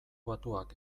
batuak